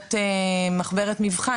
לראות מחברת מבחן,